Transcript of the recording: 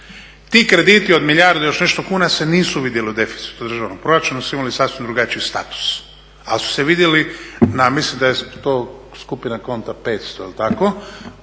Ti krediti od milijardu i još nešto kuna se nisu vidjeli u deficitu državnog proračuna, oni su imali sasvim drugačiji status. Ali su se vidjeli, mislim da je to skupina … 500, je li tako,